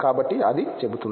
కాబట్టి అది చెబుతుంది